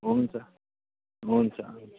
हुन्छ हुन्छ